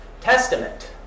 testament